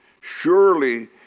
surely